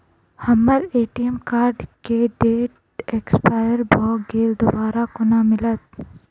हम्मर ATM card केँ date expire भऽ गेल दोबारा कोना मिलत?